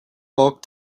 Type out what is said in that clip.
walk